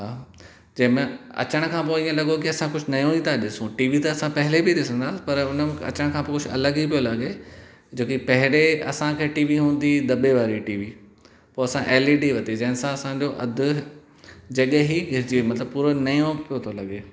जंहिं में अचण खां पोइ इहो लॻो कि असां कुझु नओं ई था ॾिसूं टीवी त असां पहले बि ॾिसंदा हुआसीं पर हुन अचणु खां पोइ अलॻि ई पियो लॻे जो कि पहिरीं असां खे टीवी हूंदी हुई दॿे वारी टीवी पोइ असां ऐल ई डी वर्तीसे जंहिं सां असां जो अधु जॻहि ही घिरिजी वई मतलब पूरो नओं पियो थो लॻे